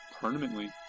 permanently